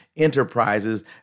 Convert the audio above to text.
Enterprises